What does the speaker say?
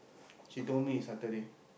she told me Saturday